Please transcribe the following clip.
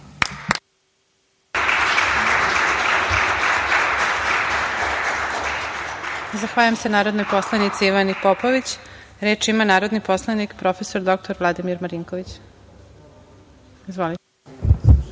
Zahvaljujem se narodnoj poslanici Ivani Popović. Reč ima narodni poslanik prof. dr Vladimir Marinković. Izvolite.